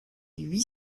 huit